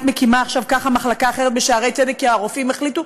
היית מקימה עכשיו מחלקה אחרת בשערי צדק כי הרופאים החליטו?